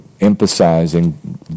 emphasizing